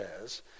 says